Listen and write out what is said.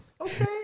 Okay